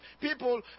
people